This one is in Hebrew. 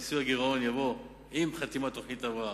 כיסוי הגירעון יבוא עם חתימת תוכנית הבראה,